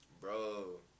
bro